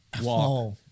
walk